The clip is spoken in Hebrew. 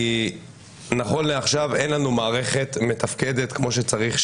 כי נכון לעכשיו אין לנו מערכת מתפקדת כמו שצריך,